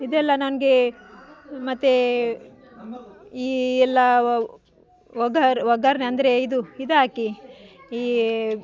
ಇದೆಲ್ಲ ನನಗೆ ಮತ್ತು ಈ ಎಲ್ಲ ಒಗ್ಗ ಒಗ್ಗರಣೆ ಅಂದರೆ ಇದು ಇದ್ಹಾಕಿ ಈ